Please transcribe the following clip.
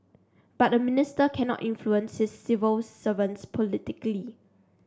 but a minister cannot influence his civil servants politically